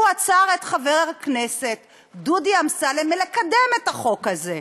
הוא עצר את חבר הכנסת דודי אמסלם מלקדם את החוק הזה.